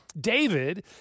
David